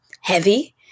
heavy